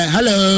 Hello